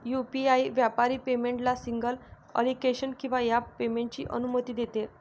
UPI व्यापारी पेमेंटला single application किंवा ॲप पेमेंटची अनुमती देते